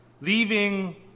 leaving